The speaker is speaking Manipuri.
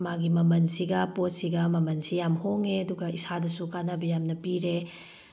ꯃꯥꯒꯤ ꯃꯃꯜꯁꯤꯒ ꯄꯣꯠꯁꯤꯒ ꯃꯃꯜꯁꯤ ꯌꯥꯝ ꯍꯣꯡꯉꯦ ꯑꯗꯨꯒ ꯏꯁꯥꯗꯁꯨ ꯀꯥꯟꯅꯕ ꯌꯥꯝꯅ ꯄꯤꯔꯦ